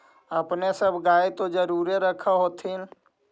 अपने सब गाय तो जरुरे रख होत्थिन?